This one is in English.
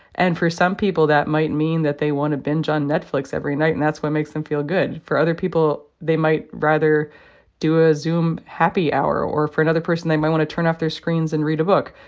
and for some people, that might mean that they want to binge on netflix every night and that's what makes them feel good for other people, they might rather do a zoom happy hour. or for another person, they might want to turn off their screens and read a book.